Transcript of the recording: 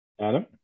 Adam